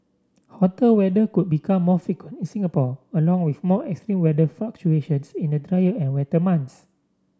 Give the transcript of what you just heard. hotter weather could become more frequent in Singapore along with more extreme weather fluctuations in the drier and wetter months